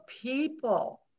people